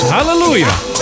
Hallelujah